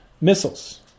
missiles